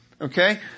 okay